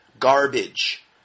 Garbage